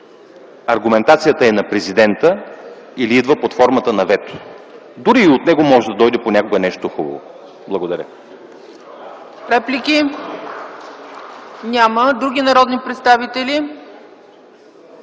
аргументацията е на президента или идва под формата на вето. Дори и от него може да дойде понякога нещо хубаво. Благодаря.